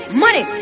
money